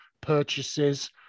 purchases